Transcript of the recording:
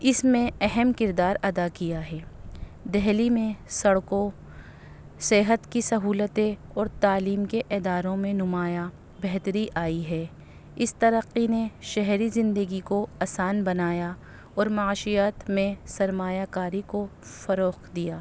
اس میں اہم کردار ادا کیا ہے دہلی میں سڑکوں صحت کی سہولتیں اور تعلیم کے اداروں میں نمایاں بہتری آئی ہے اس ترقی نے شہری زندگی کو آسان بنایا اور معاشیات میں سرمایہ کاری کو فروخ دیا